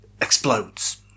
explodes